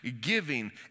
giving